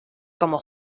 como